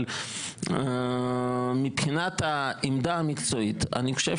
אבל מבחינת העמדה המקצועית אני חושב